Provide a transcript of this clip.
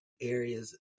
areas